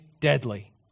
deadly